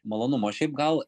malonumo šiaip gal